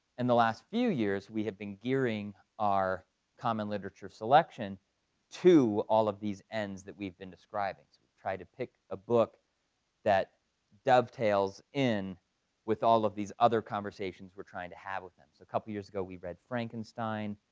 and the last few years we have been gearing our common literature selection to all of these ends that we've been describing. so try to pick a book that dovetails in with all of these these other conversations we're trying to have with them. so a couple of years ago we read frankenstein.